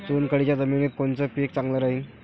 चुनखडीच्या जमिनीत कोनचं पीक चांगलं राहीन?